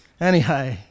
Anyhow